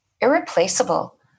irreplaceable